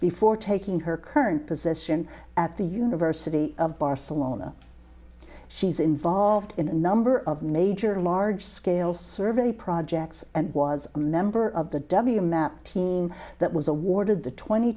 before taking her current position at the university of barcelona she's involved in a number of major large scale survey projects and was a member of the w map team that was awarded the twenty